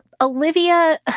Olivia